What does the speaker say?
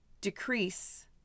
decrease